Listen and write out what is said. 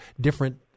different